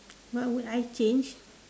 what would I change